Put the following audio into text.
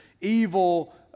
evil